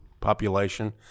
population